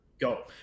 go